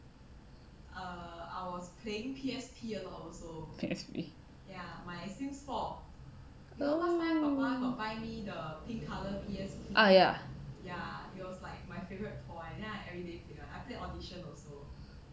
P_S_P oh ah ya